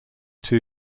two